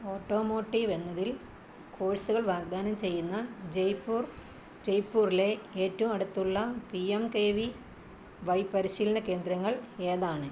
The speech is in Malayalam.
ഓട്ടോമോട്ടീവ് എന്നതിൽ കോഴ്സുകൾ വാഗ്ദാനം ചെയ്യുന്ന ജയ്പൂർ ജയ്പൂറിലേ ഏറ്റവും അടുത്തുള്ള P M K V Y പരിശീലന കേന്ദ്രങ്ങൾ ഏതാണ്